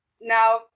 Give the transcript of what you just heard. now